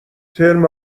ترم